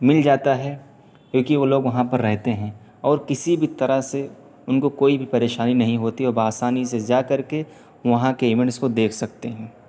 مل جاتا ہے کیوںکہ وہ لوگ وہاں پر رہتے ہیں اور کسی بھی طرح سے ان کو کوئی بھی پریشانی نہیں ہوتی اور بآسانی سے جا کر کے وہاں کے ایونٹس کو دیکھ سکتے ہیں